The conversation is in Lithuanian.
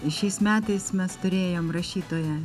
šiais metais mes turėjom rašytoją